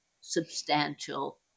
substantial